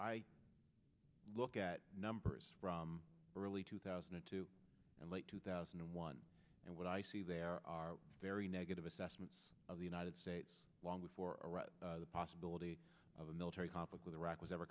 i look at numbers from early two thousand and two and late two thousand and one and what i see there are very negative assessments of the united states long before the possibility of a military conflict with iraq was ever